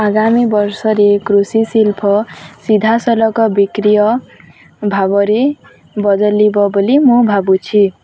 ଆଗାମୀ ବର୍ଷରେ କୃଷି ଶିଳ୍ପ ସିଧାସଳଖ ବିକ୍ରୟ ଭାବରେ ବଦଲିବ ବୋଲି ମୁଁ ଭାବୁଛି